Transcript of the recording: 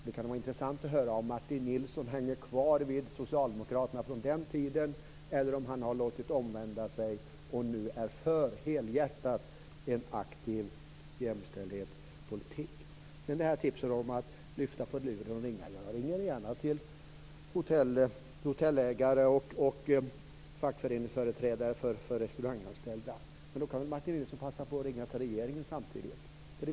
Det kan vara intressant att höra om Martin Nilsson hänger kvar vid socialdemokraterna från den tiden eller om han har låtit omvända sig och nu är helhjärtat för en aktiv jämställdhetspolitik. Sedan var det tipset om att lyfta på luren och ringa. Jag ringer gärna till hotellägare och fackföreningsföreträdare för restauranganställda, men då kan väl Martin Nilsson passa på att ringa till regeringen?